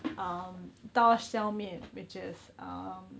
um 刀削面 which is um